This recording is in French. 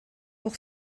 pour